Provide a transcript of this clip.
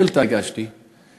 הגשתי שאילתה,